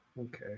Okay